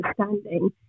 understanding